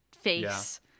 face